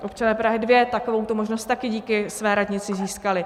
Občané Prahy 2 takovouto možnost také díky své radnici získali.